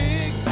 Big